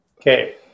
Okay